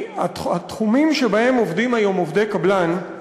התחומים שבהם עובדים היום עובדי קבלן,